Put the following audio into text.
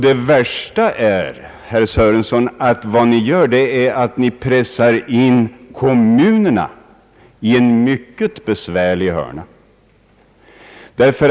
Det värsta är också, herr Sörenson, att ni pressar in kommunerna i en mycket besvärlig hörna.